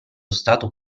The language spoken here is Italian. stato